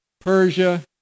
Persia